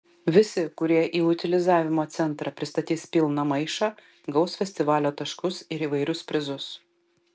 visi kurie į utilizavimo centrą pristatys pilną maišą gaus festivalio taškus ir įvairius prizus